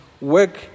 work